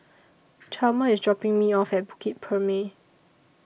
Chalmer IS dropping Me off At Bukit Purmei